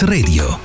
Radio